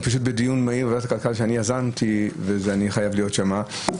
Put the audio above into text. אני בדיון מהיר שיזמתי בוועדה ואני חייב להיות שם.